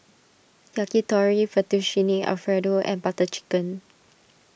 Yakitori Fettuccine Alfredo and Butter Chicken